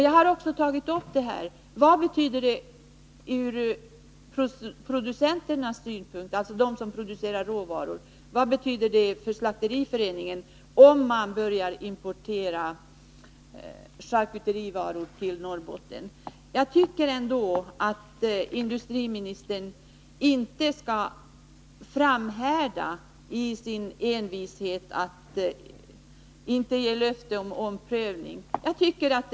Jag har också tagit upp frågan: Vad betyder det för råvaruproducenterna och för slakteriföreningen om man börjar importera charkuterivaror till Norrbotten? Jag tycker att industriministern inte skall framhärda i sin envishet när det gäller att inte vilja ge något löfte om prövning.